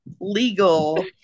legal